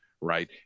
right